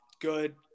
good